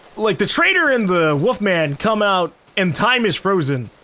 like the trader and the wolf man come out and time is frozen.